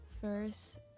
first